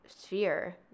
sphere